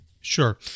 Sure